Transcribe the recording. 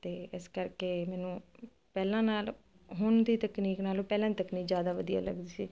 ਤੇ ਇਸ ਕਰਕੇ ਮੈਨੂੰ ਪਹਿਲਾਂ ਨਾਲ ਹੁਣ ਦੀ ਤਕਨੀਕ ਨਾਲੋ ਪਹਿਲਾਂ ਦੀ ਤਕਨੀਕ ਜ਼ਿਆਦਾ ਵਧੀਆ ਲੱਗਦੀ ਸੀ